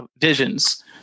Visions